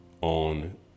on